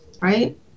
right